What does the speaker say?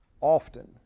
often